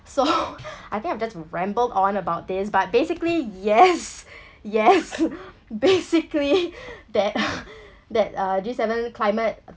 so I think I'm just rambled on about this but basically yes yes basically that uh that uh G seven climate